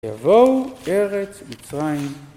יבואו ארץ מצרים